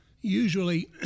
Usually